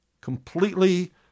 Completely